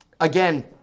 Again